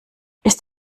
ist